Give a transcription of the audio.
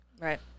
Right